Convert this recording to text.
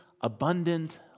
abundant